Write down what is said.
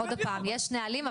יש נהלים,